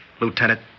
Lieutenant